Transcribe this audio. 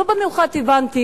לא הבנתי